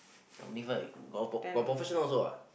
how many fight got pro~ got professional also what